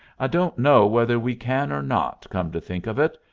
i don't know whether we can or not, come to think of it.